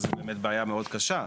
אז באמת זו בעיה מאוד קשה.